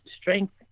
strength